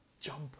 jumper